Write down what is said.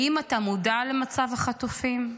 האם אתה מודע למצב החטופים?